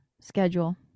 schedule